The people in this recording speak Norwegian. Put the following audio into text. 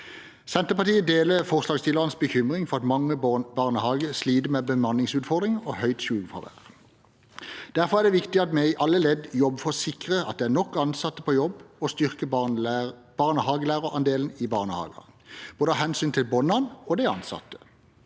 Senterpartiet deler forslagsstillernes bekymring over at mange barnehager sliter med bemanningsutfordringer og høyt sykefravær. Derfor er det viktig at vi i alle ledd jobber for å sikre at det er nok ansatte på jobb og styrke barnehagelærerandelen i barnehagene av hensyn til både barna og de ansatte.